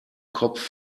kopf